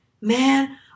man